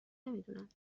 نمیدونند